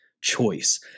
choice